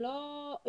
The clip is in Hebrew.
הם לא קיימים,